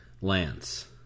Lance